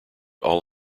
all